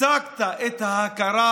השגת את ההכרה.